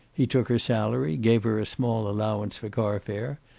he took her salary, gave her a small allowance for car-fare,